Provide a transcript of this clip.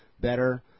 better